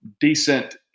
decent